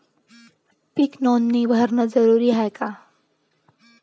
पीक नोंदनी भरनं जरूरी हाये का?